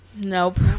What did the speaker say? Nope